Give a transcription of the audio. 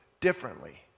differently